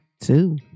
Two